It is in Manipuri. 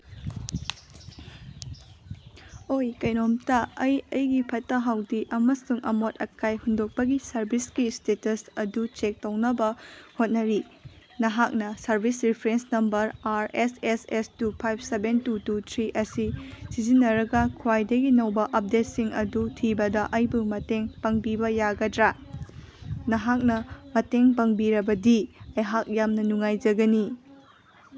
ꯑꯣꯏ ꯀꯩꯅꯣꯝꯇ ꯑꯩ ꯑꯩꯒꯤ ꯐꯠꯇ ꯍꯥꯎꯗꯤ ꯑꯃꯁꯨꯡ ꯑꯃꯣꯠ ꯑꯀꯥꯏ ꯍꯨꯟꯗꯣꯛꯄꯒꯤ ꯁꯔꯚꯤꯁꯀꯤ ꯏꯁꯇꯦꯇꯁ ꯑꯗꯨ ꯆꯦꯛ ꯇꯧꯅꯕ ꯍꯣꯠꯅꯔꯤ ꯅꯍꯥꯛꯅ service reference number R S S S two five seven two two three ꯑꯁꯤ ꯁꯤꯖꯤꯟꯅꯔꯒ ꯈ꯭ꯋꯥꯏꯗꯒꯤ ꯅꯧꯕ ꯑꯞꯗꯦꯠꯁꯤꯡ ꯑꯗꯨ ꯊꯤꯕꯗ ꯑꯩꯕꯨ ꯃꯇꯦꯡ ꯄꯥꯡꯕꯤꯕ ꯌꯥꯒꯗ꯭ꯔꯥ ꯅꯍꯥꯛꯅ ꯃꯇꯦꯡ ꯄꯥꯡꯕꯤꯔꯕꯗꯤ ꯑꯩꯍꯥꯛ ꯌꯥꯝꯅ ꯅꯨꯡꯉꯥꯏꯖꯒꯅꯤ